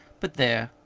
but, there,